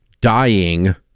dying